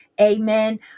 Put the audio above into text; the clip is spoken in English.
amen